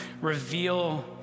reveal